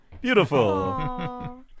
Beautiful